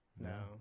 No